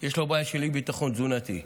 יש בעיה של אי-ביטחון תזונתי.